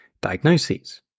diagnoses